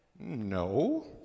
No